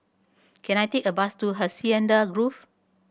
can I take a bus to Hacienda Grove